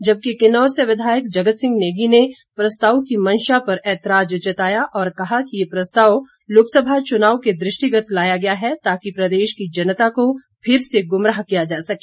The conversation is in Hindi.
जबकि किन्नौर से विधायक जगत सिंह नेगी ने प्रस्ताव की मंशा पर एतराज जताया और कहा कि ये प्रस्ताव लोकसभा चुनाव के दृष्टिगत लाया गया है ताकि प्रदेश की जनता को फिर से गुमराह किया जा सके